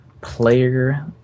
player